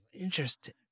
Interesting